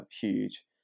huge